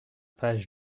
page